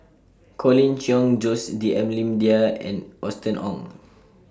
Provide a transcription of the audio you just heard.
Colin Cheong Jose D'almeida and Austen Ong